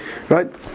Right